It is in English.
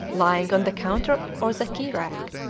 lying on the counter or the key-rack,